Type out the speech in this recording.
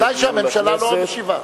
ודאי שהממשלה לא משיבה.